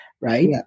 right